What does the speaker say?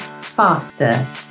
faster